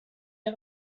der